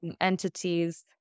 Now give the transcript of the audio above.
entities